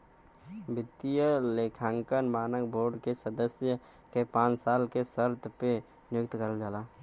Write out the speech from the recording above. वित्तीय लेखांकन मानक बोर्ड के सदस्य के पांच साल के शर्त पे नियुक्त करल जाला